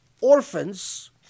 orphans